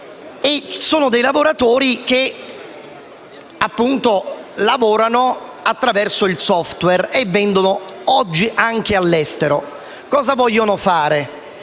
sono lavoratori che lavorano attraverso un *software* che vendono oggi anche all'estero. Ebbene, cosa vogliono fare?